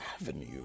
avenue